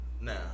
No